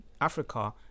Africa